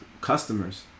customers